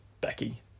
Becky